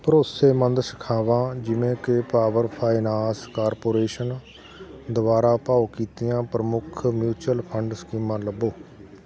ਭਰੋਸੇਮੰਦ ਸ਼ਾਖਾਵਾਂ ਜਿਵੇਂ ਕਿ ਪਾਵਰ ਫਾਇਨਾਂਸ ਕਾਰਪੋਰੇਸ਼ਨ ਦੁਆਰਾ ਭਾਓ ਕੀਤੀਆਂ ਪ੍ਰਮੁੱਖ ਮਿਉਚੁਅਲ ਫੰਡ ਸਕੀਮਾਂ ਲੱਭੋ